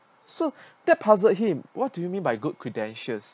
so that puzzled him what do you mean by good credentials